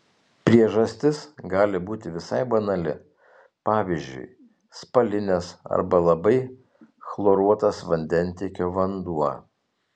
priežastis gali būti visai banali pavyzdžiui spalinės arba labai chloruotas vandentiekio vanduo